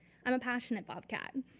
i'm a passionate bobcat,